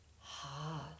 hard